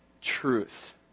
truth